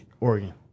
Oregon